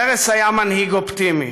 פרס היה מנהיג אופטימי,